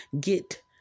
get